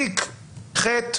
תיק חטא?